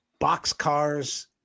boxcars